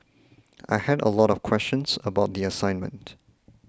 I had a lot of questions about the assignment